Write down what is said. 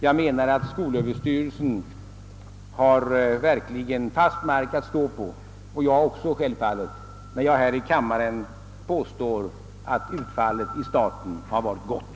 Jag menar att skolöverstyrelsen verkligen har ett fast material att stödja sig på, och det har självfallet jag också när jag här i kammaren påstår att utfallet i starten har varit gott.